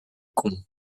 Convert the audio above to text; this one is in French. con